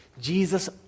Jesus